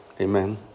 Amen